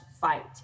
fight